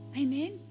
amen